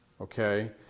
Okay